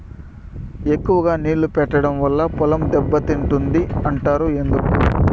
ఎక్కువగా నీళ్లు పెట్టడం వల్ల పొలం దెబ్బతింటుంది అంటారు ఎందుకు?